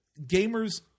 gamers